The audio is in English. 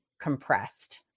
compressed